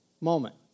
moment